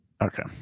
Okay